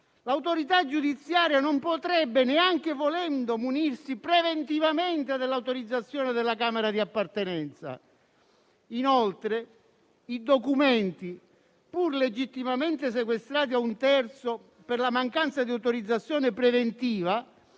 l'autorità giudiziaria non potrebbe, neanche volendo, munirsi preventivamente dell'autorizzazione della Camera di appartenenza. Inoltre, i documenti, pur legittimamente sequestrati a un terzo, per la mancanza di autorizzazione preventiva